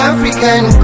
African